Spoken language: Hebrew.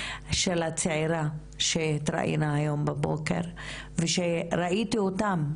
של הצעירה שהתראיינה היום בבוקר ושראיתי אותם,